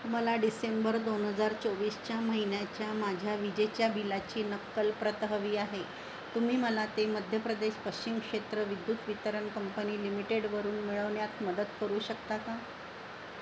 मला डिसेंबर दोन हजार चोवीसच्या महिन्याच्या माझ्या विजेच्या बिलाची नक्कल प्रत हवी आहे तुम्ही मला ते मध्य प्रदेश पश्चिम क्षेत्र विद्युत वितरण कंपनी लिमिटेडवरून मिळवण्यात मदत करू शकता का